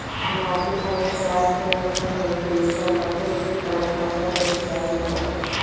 माटी खनिज पदार्थ के मिश्रण होइ छइ एकर सबसे उपरी परत फसल लेल उपजाऊ होहइ